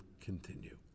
continue